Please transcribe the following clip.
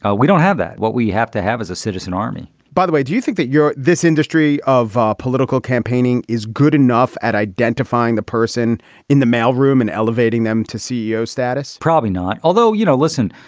ah we don't have that. what we have to have is a citizen army, by the way do you think that you're this industry of political campaigning is good enough at identifying the person in the mailroom and elevating them to ceo status? probably not. although, you know, listen,